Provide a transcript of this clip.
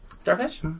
Starfish